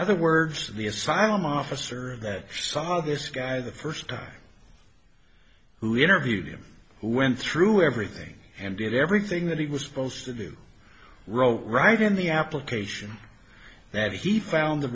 other words the asylum officer that saw this guy the first guy who interviewed him who went through everything and did everything that he was supposed to do wrote right in the application that he found the